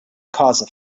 caused